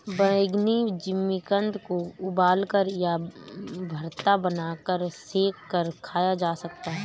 बैंगनी जिमीकंद को उबालकर, भरता बनाकर या सेंक कर खाया जा सकता है